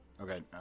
Okay